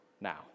now